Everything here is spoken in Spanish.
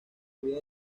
había